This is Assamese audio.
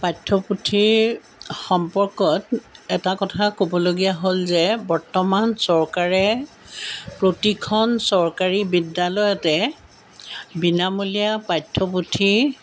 পাঠ্যপুথিৰ সম্পৰ্কত এটা কথা ক'বলগীয়া হ'ল যে বৰ্তমান চৰকাৰে প্ৰতিখন চৰকাৰী বিদ্যালয়তে বিনামূলীয়া পাঠ্যপুথি